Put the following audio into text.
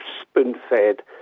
spoon-fed